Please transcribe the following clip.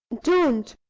don't!